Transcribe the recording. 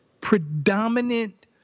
predominant